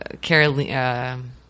Caroline